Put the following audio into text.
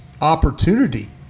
opportunity